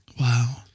wow